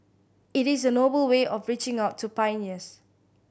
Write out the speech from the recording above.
it is a noble way of reaching out to pioneers